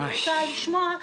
אני רוצה לשמוע,